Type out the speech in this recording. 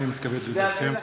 הנני מתכבד להודיעכם,